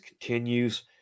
continues